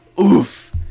oof